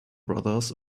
brothers